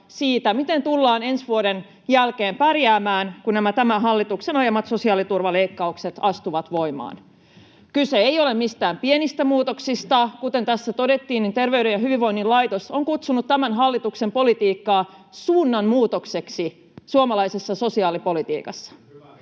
miten tullaan ensi vuoden jälkeen pärjäämään, kun nämä tämän hallituksen ajamat sosiaaliturvaleikkaukset astuvat voimaan. Kyse ei ole mistään pienistä muutoksista. Kuten tässä todettiin, Terveyden ja hyvinvoinnin laitos on kutsunut tämän hallituksen politiikkaa suunnanmuutokseksi suomalaisessa sosiaalipolitiikassa.